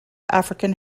african